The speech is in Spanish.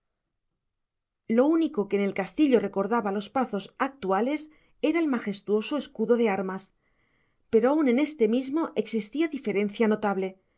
lo único que en el castillo recordaba los pazos actuales era el majestuoso escudo de armas pero aun en este mismo existía diferencia notable